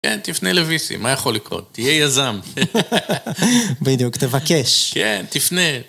כן, תפנה לויסי, מה יכול לקרות? תהיה יזם. בדיוק, תבקש. כן, תפנה.